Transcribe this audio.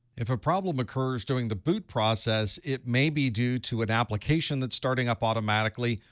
if a problem occurs during the boot process, it may be due to an application that's starting up automatically,